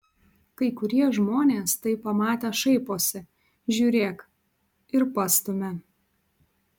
kai kurie žmonės tai pamatę šaiposi žiūrėk ir pastumia